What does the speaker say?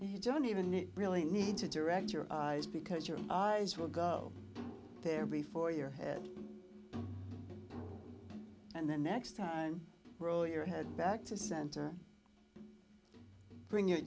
and you don't even really need to direct your eyes because your eyes will go there before your head and then next time roll your head back to center bring your